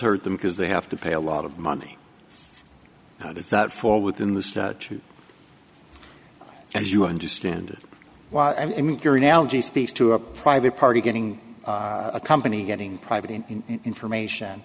hurt them because they have to pay a lot of money how does that fall within the statute as you understand it why i mean your analogy speaks to a private party getting a company getting private information